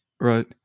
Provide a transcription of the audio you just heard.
Right